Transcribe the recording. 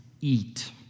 eat